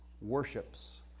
worships